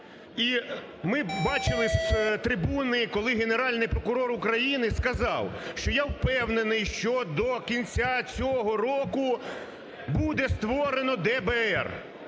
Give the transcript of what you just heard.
І ми бачили з трибуни, коли Генеральний прокурор України сказав, що: "Я впевнений, що до кінця цього року буде створено ДБР".